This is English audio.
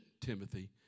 Timothy